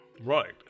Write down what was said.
Right